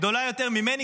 גדולה יותר ממני,